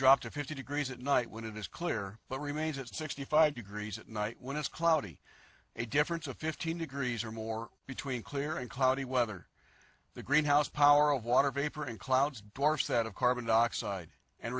to fifty degrees at night when it is clear but remains at sixty five degrees at night when it's cloudy a difference of fifteen degrees or more between clear and cloudy weather the greenhouse power of water vapor and clouds dwarfs that of carbon dioxide and